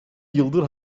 yıldır